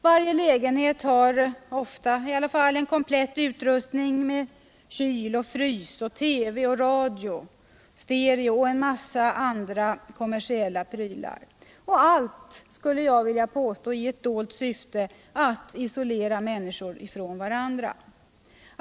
Varje lägenhet har ofta en komplett utrustning med kyl, frys, TV, radio, stereo och en massa andra kommersiella prylar. Jag skulle vilja påstå att allt har ett dolt syfte att isolera människor från varandra.